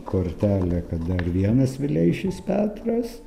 kortelė kad dar vienas vileišis petras